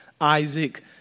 Isaac